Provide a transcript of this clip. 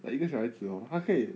like 一个小孩子 hor 他可以